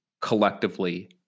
collectively